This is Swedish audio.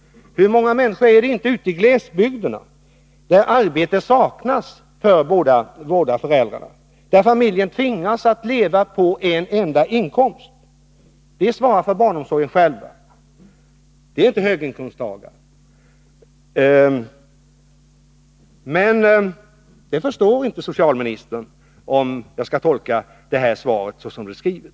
Hur många människor är det inte ute i glesbygderna — där arbete för bägge föräldrarna saknas och där familjerna tvingas leva på en enda inkomst — som svarar för barnomsorgen själva? De är inte höginkomsttagare. Men detta förstår inte socialministern, om jag skall tolka svaret som det är skrivet.